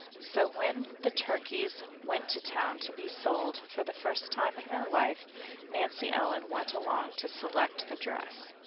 so when the turkeys went to town to be sold, for the first time in her life nancy ellen went along to select the dress.